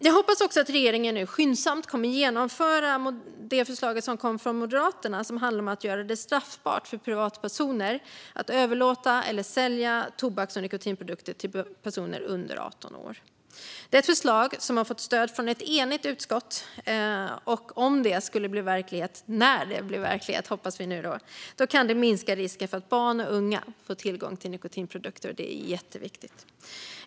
Jag hoppas också att regeringen nu skyndsamt kommer att genomföra det förslag som kommer från Moderaterna och som handlar om att göra det straffbart för privatpersoner att överlåta eller sälja tobaks och nikotinprodukter till personer under 18 år. Det är ett förslag som har fått stöd från ett enigt utskott och som när det blir verklighet - vilket vi nu hoppas att det blir - kan minska risken för att barn och unga får tillgång till nikotinprodukter. Det är jätteviktigt.